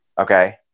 Okay